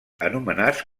anomenats